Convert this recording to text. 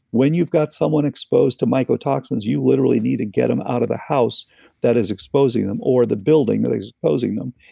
when you've got someone exposed to mycotoxins you literally need to get them out of the house that is exposing them, or the building that is exposing them.